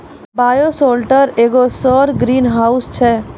bioshelter एगो सौर greenhouse छै